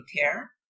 care